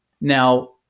Now